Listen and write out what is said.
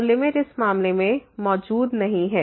तो लिमिट इस मामले में मौजूद नहीं है